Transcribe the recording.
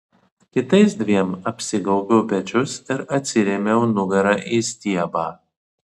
kitais dviem apsigaubiau pečius ir atsirėmiau nugara į stiebą